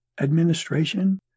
administration